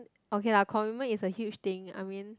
okay lah commitment is a huge thing I mean